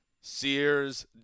sears